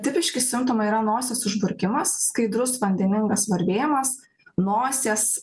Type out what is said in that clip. tipiški simptomai yra nosies užburkimas skaidrus vandeningas varvėjimas nosies